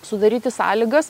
sudaryti sąlygas